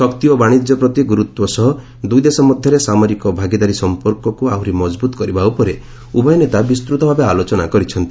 ଶକ୍ତି ଓ ବାଣିଜ୍ୟ ପ୍ରତି ଗୁରୁତ୍ୱ ସହ ଦୁଇ ଦେଶ ମଧ୍ୟରେ ସାମରୀକ ଭାଗିଦାରୀ ସଂପର୍କକୁ ଆହୁରି ମଜବୁତ କରିବା ଉପରେ ଉଭୟ ନେତା ବିସ୍ତତ ଭାବେ ଆଲୋଚନା କରିଛନ୍ତି